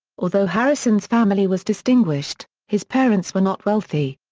although harrison's family was distinguished, his parents were not wealthy.